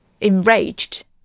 Enraged